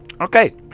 Okay